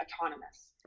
autonomous